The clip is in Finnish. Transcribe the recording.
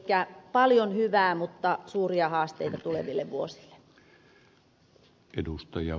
elikkä paljon hyvää mutta suuria haasteita tuleville vuosille